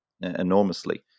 enormously